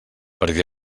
perquè